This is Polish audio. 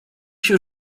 się